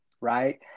right